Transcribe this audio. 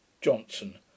Johnson